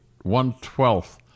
one-twelfth